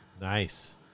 Nice